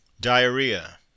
Diarrhea